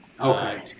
Okay